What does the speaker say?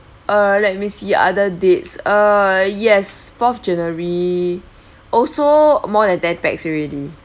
uh let me see other dates uh yes fourth january also more than ten pax already